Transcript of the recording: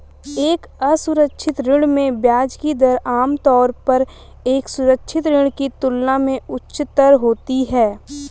एक असुरक्षित ऋण में ब्याज की दर आमतौर पर एक सुरक्षित ऋण की तुलना में उच्चतर होती है?